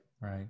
Right